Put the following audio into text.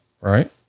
right